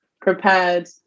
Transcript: prepared